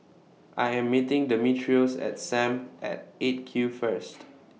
I Am meeting Demetrios At SAM At eight Q First